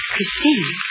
Christine